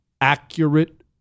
accurate